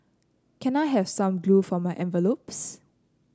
can I have some glue for my envelopes